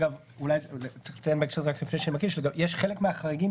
אולי צריך לציין בהקשר הזה, יש חלק מן החריגים